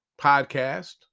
podcast